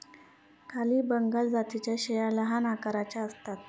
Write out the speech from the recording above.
काली बंगाल जातीच्या शेळ्या लहान आकाराच्या असतात